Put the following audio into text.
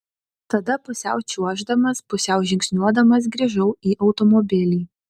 tada pusiau čiuoždamas pusiau žingsniuodamas grįžau į automobilį